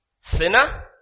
Sinner